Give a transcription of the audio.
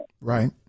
Right